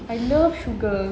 I love sugar